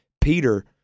Peter